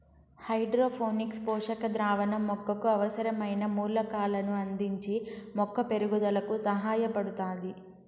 hydroponics పోషక ద్రావణం మొక్కకు అవసరమైన మూలకాలను అందించి మొక్క పెరుగుదలకు సహాయపడుతాది